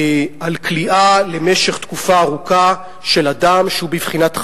על כליאה למשך תקופה ארוכה של אדם שהוא בבחינת חשוד,